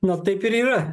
na taip ir yra